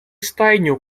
стайню